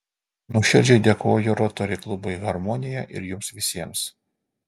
nuoširdžiai dėkoju rotary klubui harmonija ir jums visiems